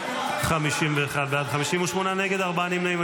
51 בעד, 58 נגד, ארבעה נמנעים.